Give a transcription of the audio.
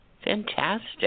Fantastic